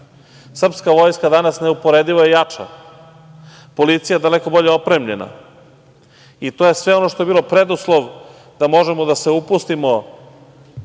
vojska danas je neuporedivo jača. Policija je daleko bolje opremljena i to je sve ono što je bilo preduslov da možemo da se upustimo,